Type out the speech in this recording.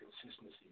consistency